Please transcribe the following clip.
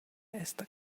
esta